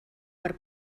per